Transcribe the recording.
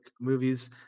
movies